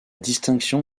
distinction